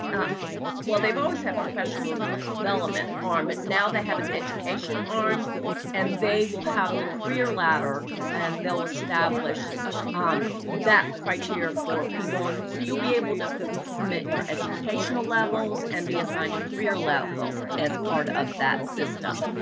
ah well, they've always had professional development arm, but now they have an education arm and they will have the career ladder, and they'll establish um that criteria for people. and so you'll be able to submit your educational levels and be assigned a career level as part of that system.